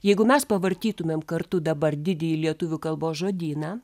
jeigu mes pavartytumėm kartu dabar didįjį lietuvių kalbos žodyną